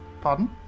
Pardon